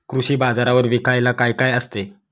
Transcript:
कृषी बाजारावर विकायला काय काय असते?